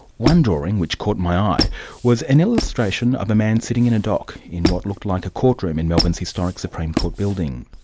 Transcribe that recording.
one drawing which caught my eye was an illustration of a man sitting in a dock in what looked like a courtroom in melbourne's historic supreme court building.